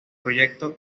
proyecto